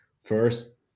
first